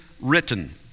written